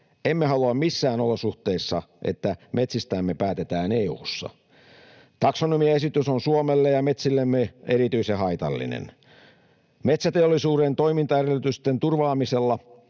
Emme missään olosuhteissa halua, että metsistämme päätetään EU:ssa. Taksonomiaesitys on Suomelle ja metsillemme erityisen haitallinen. Metsäteollisuuden toimintaedellytysten turvaamisella